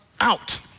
out